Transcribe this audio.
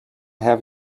have